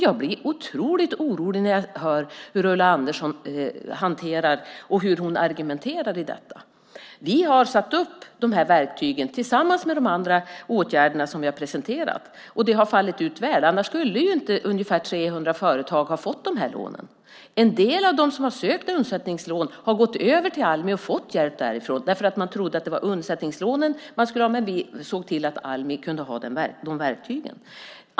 Jag blir otroligt orolig när jag hör hur Ulla Andersson argumenterar här. Vi har tagit fram de här verktygen tillsammans med de andra åtgärder som vi har presenterat. Det har fallit ut väl, annars skulle inte ungefär 300 företag ha fått de här lånen. En del av dem som har sökt undsättningslån har gått över till Almi och fått hjälp därifrån. Man trodde att det var undsättningslån man skulle ha, men vi såg till att Almi fick de verktygen.